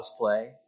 cosplay